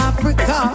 Africa